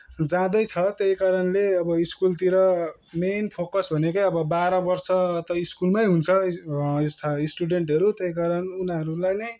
जाँदैछ त्यही कारणले अब स्कुलतिर मेन फोकस भनेकै अब बाह्र बर्ष त स्कुलमै हुन्छ स्टुडेन्टहरू त्यही कारण उनीहरू लाई नै